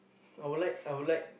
I would like I would like